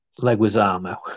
Leguizamo